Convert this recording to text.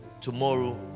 tomorrow